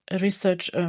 research